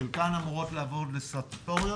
חלקן אמורות לעבור לסטטוטוריות.